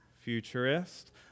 futurist